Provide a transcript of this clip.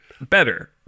better